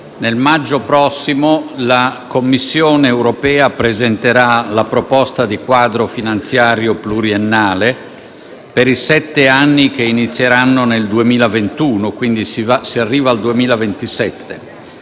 nel maggio prossimo la Commissione europea presenterà la proposta di quadro finanziario pluriennale per i sette anni che inizieranno nel 2021. Quindi, si arriva al 2027.